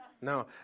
No